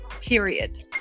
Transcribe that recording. period